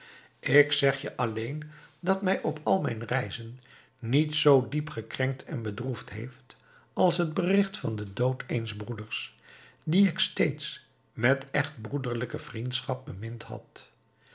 ik zeg je alleen dat mij op al mijn reizen niets zoo diep gekrenkt en bedroefd heeft als het bericht van den dood eens broeders dien ik steeds met echt broederlijke vriendschap bemind had